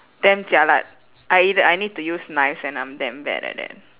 damn jialat I either I need to use knives and I'm damn bad at that